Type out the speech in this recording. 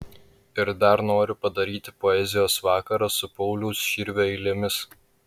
ir dar noriu padaryti poezijos vakarą su pauliaus širvio eilėmis